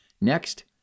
Next